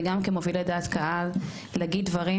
וגם כמובילי דעת קהל להגיד דברים,